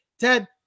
Ted